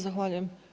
Zahvaljujem.